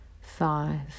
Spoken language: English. five